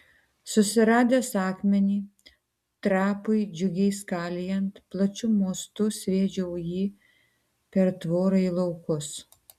susiradęs akmenį trapui džiugiai skalijant plačiu mostu sviedžiau jį per tvorą į laukus